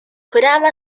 kodama